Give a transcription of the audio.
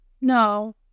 No